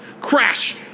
Crash